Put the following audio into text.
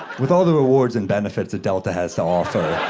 with all the rewards and benefits that delta has to offer,